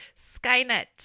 skynet